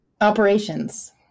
Operations